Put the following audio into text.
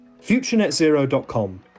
FutureNetZero.com